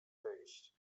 wyjść